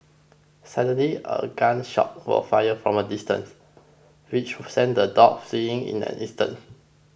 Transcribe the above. suddenly a gun shot was fired from a distance which sent the dogs fleeing in an instant